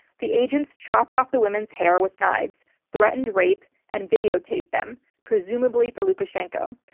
the agents chopped off the women's hair with knives, threatened rape and videotaped them, presumably for lukashenko.